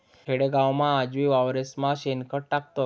खेडागावमा आजबी वावरेस्मा शेणखत टाकतस